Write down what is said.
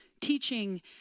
teaching